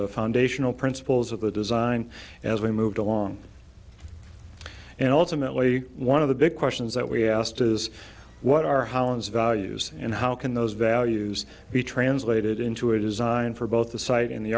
the foundational principles of the design as we moved along and ultimately one of the big questions that we asked is what are holland's values and how can those values be translated into a design for both the site and the